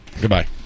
Goodbye